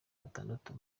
batandatu